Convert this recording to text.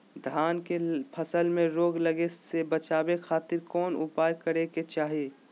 धान के फसल में रोग लगे से बचावे खातिर कौन उपाय करे के चाही?